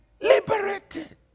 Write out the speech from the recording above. liberated